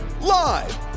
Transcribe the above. Live